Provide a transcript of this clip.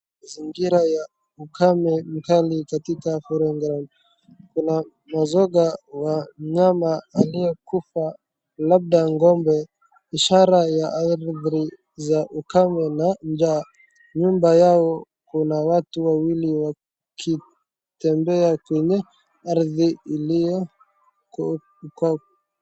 Mazingira ya ukame mkali katika program kuna mizoga wa nyama aliyenakufa, labda ng'ombe, ishara ya adhari za ukame na njaa, nyuma yao kuna watu wawili wakitembea kwenye ardhi iliyokauka.